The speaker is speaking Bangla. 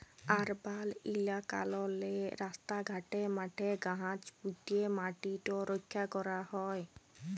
আরবাল ইলাকাললে রাস্তা ঘাটে, মাঠে গাহাচ প্যুঁতে ম্যাটিট রখ্যা ক্যরা হ্যয়